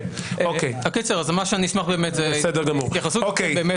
אני אשמח להתייחסות בנוגע